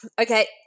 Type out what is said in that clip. okay